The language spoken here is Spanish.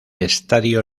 estadio